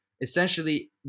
essentially